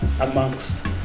amongst